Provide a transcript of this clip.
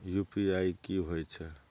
UPI की होय छै?